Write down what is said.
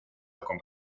таком